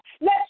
Let